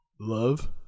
love